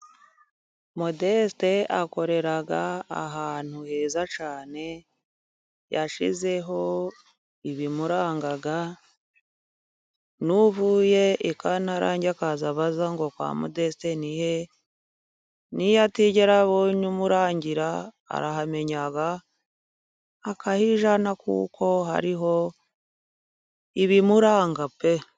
Modesite akorera ahantu heza cyane, yashyizeho ibimuranga nuvuye ikantarange, akaza abaza ngo kwa modesite nihe? niyo atigera abonye umurangira, arahamenya akahijyana kuko hariho ibimuranga pe!